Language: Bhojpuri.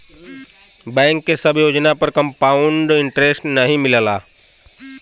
बैंक के सब योजना पर कंपाउड इन्टरेस्ट नाहीं मिलला